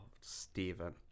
Steven